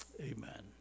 Amen